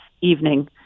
evening